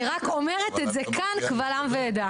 אני רק אומרת את זה כאן, קבל עם ועדה.